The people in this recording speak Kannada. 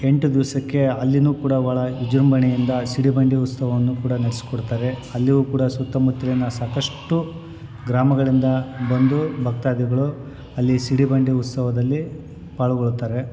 ಎಂಟು ದಿವಸಕ್ಕೆ ಅಲ್ಲಿ ಕೂಡ ಭಾಳ ವಿಜೃಂಭಣೆಯಿಂದ ಸಿಡಿಬಂಡಿ ಉತ್ಸವವನ್ನು ಕೂಡ ನಡ್ಸಿ ಕೊಡ್ತಾರೆ ಅಲ್ಲಿಯು ಕೂಡ ಸುತ್ತಮುತ್ತಲಿನ ಸಾಕಷ್ಟು ಗ್ರಾಮಗಳಿಂದ ಬಂದು ಭಕ್ತಾದಿಗಳು ಅಲ್ಲಿ ಸಿಡಿಬಂಡಿ ಉತ್ಸವದಲ್ಲಿ ಪಾಲ್ಗೊಳ್ಳುತ್ತಾರೆ